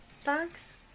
Thanks